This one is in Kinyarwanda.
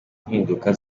mpinduka